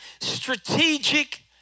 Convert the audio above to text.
strategic